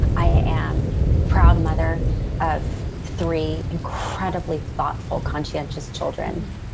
i am proud mother of three incredibly thoughtful, conscientious children.